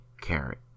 Carrot